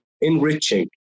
enriching